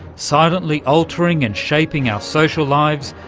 silently altering and shaping our social lives,